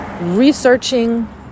researching